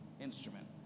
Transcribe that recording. instrument